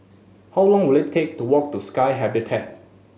how long will it take to walk to Sky Habitat